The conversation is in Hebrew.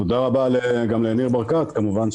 תודה רבה גם לניר ברקת כמובן,